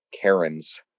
Karen's